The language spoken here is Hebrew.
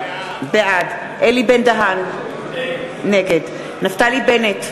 בעד אלי בן-דהן, נגד נפתלי בנט,